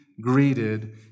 greeted